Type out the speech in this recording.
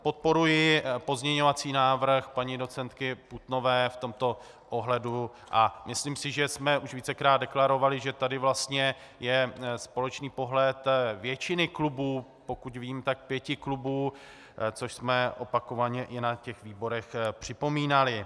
Podporuji pozměňovací návrh paní docentky Putnové v tomto ohledu a myslím si, že jsme už vícekrát deklarovali, že tady vlastně je společný pohled většiny klubů, pokud vím, tak pěti klubů, což jsme opakovaně i na výborech připomínali.